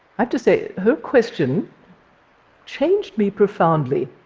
have to say, her question changed me profoundly.